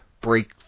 break